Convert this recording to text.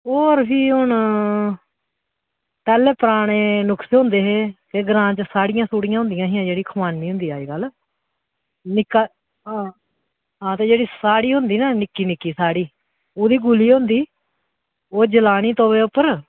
और फ्ही हून पैह्लें पराने नुक्से होंदे हे ते ग्रांऽ च साह्ड़ियां सूड़ियां होंदियां हियां जेह्ड़ी खुबानी होंदी अजकल निक्का हां हां ते जेह्ड़ी साह्ड़ी होंदी ना निक्की निक्की साह्ड़ी उ'दी गुली होंदी ओह् जलानी तवै उप्पर